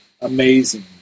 amazing